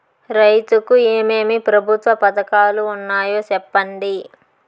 రైతుకు ఏమేమి ప్రభుత్వ పథకాలు ఉన్నాయో సెప్పండి?